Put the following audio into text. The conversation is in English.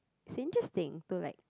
it's interesting to like